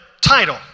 title